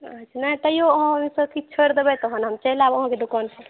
अच्छा नहि तैयो अहाँ किछु छोड़ि देबै तहन हम चलि आएब अहाँके दोकानपर